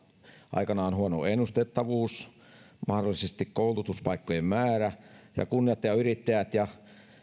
aikanaan huono ennustettavuus ja mahdollisesti koulutuspaikkojen määrä ja kunnat ja yrittäjät ja